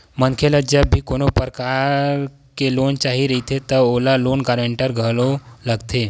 मनखे ल जब भी कोनो परकार के लोन चाही रहिथे त ओला लोन गांरटर घलो लगथे